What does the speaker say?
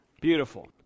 Beautiful